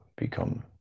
become